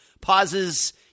pauses